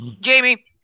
Jamie